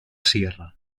sierra